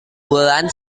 bulan